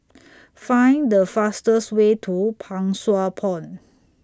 Find The fastest Way to Pang Sua Pond